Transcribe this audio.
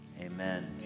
Amen